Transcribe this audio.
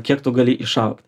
kiek tu gali išaugt